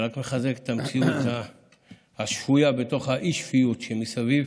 וזה רק מחזק את המציאות השפויה בתוך האי-שפיות שמסביב.